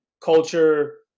culture